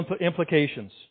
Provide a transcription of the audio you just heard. implications